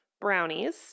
brownies